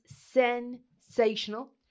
sensational